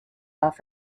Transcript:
off